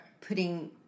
putting